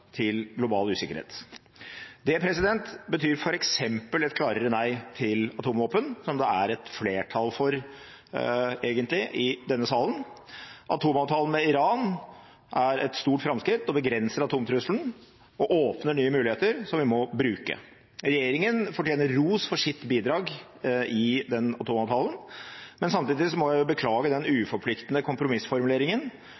til global usikkerhet. Det betyr f.eks. et klarere nei til atomvåpen, som det egentlig er et flertall for i denne salen. Atomavtalen med Iran er et stort framskritt, den begrenser atomtrusselen og åpner nye muligheter som vi må bruke. Regjeringen fortjener ros for sitt bidrag i den atomavtalen, men samtidig må jeg beklage den